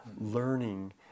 learning